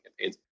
campaigns